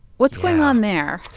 what's going on there?